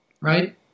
Right